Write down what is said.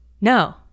No